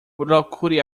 procure